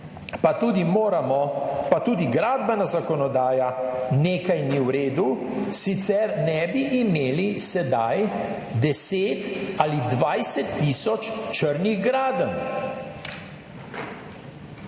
pa tudi moramo, pa tudi gradbena zakonodaja nekaj ni v redu, sicer ne bi imeli sedaj 10 ali 20tisoč črnih gradenj.